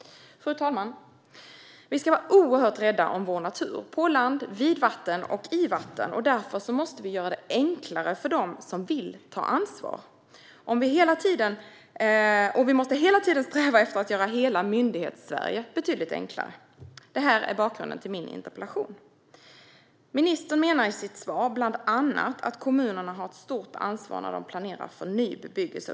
Fru talman! Vi ska vara rädda om vår natur, på land, vid vatten och i vatten. Därför måste vi göra det enklare för dem som vill ta ansvar. Vi måste hela tiden sträva efter att göra hela Myndighetssverige betydligt enklare. Detta är bakgrunden till min interpellation. Ministern menar i sitt svar, bland annat, att kommunerna har ett stort ansvar när de planerar för ny bebyggelse.